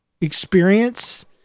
experience